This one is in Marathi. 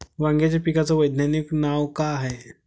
वांग्याच्या पिकाचं वैज्ञानिक नाव का हाये?